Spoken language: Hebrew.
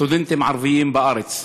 סטודנטים ערבים בארץ.